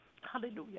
hallelujah